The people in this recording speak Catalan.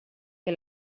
que